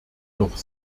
noch